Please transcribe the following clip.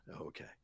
Okay